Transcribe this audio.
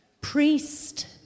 Priest